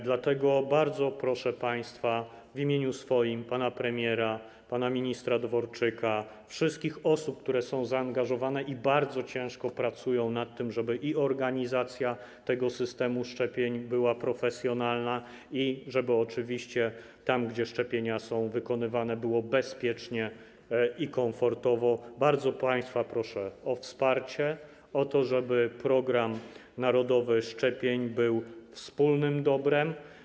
Dlatego bardzo proszę państwa w imieniu swoim, pana premiera, pana ministra Dworczyka, wszystkich osób, które są zaangażowane i bardzo ciężko pracują nad tym, żeby organizacja tego systemu szczepień była profesjonalna i żeby oczywiście tam, gdzie szczepienia są wykonywane, było bezpiecznie i komfortowo, o wsparcie, o to, żeby narodowy program szczepień był wspólnym dobrem.